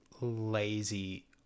lazy